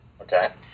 Okay